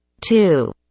Two